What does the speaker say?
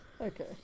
Okay